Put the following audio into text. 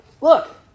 look